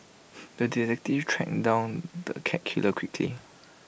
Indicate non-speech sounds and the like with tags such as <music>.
<noise> the detective train down the cat killer quickly